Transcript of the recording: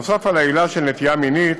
נוסף על העילה "נטייה מינית",